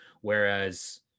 Whereas